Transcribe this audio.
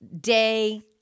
day